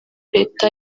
leta